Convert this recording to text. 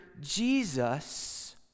Jesus